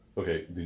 Okay